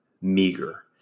Meager